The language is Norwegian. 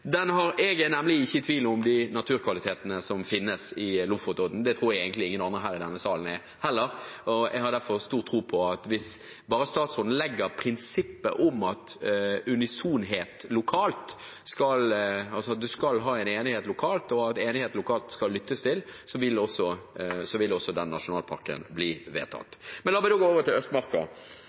den nasjonalparken. Jeg er nemlig ikke i tvil om de naturkvalitetene som finnes på Lofotodden. Det tror jeg egentlig heller ingen andre i denne salen er. Jeg har derfor stor tro på at hvis bare statsråden legger til grunn prinsippet om at man skal ha enighet lokalt, og at enighet lokalt skal lyttes til, vil også den nasjonalparken bli vedtatt. Men la meg gå over til Østmarka.